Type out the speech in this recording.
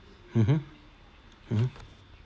mmhmm mmhmm